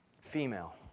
female